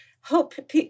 hope